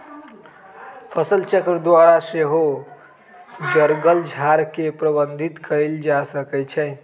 फसलचक्र द्वारा सेहो जङगल झार के प्रबंधित कएल जा सकै छइ